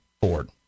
Ford